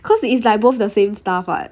cause it's like both the same stuff [what]